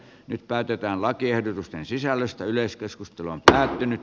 nyt päätetään lakiehdotusten sisällöstä yleiskeskustelu on päättynyt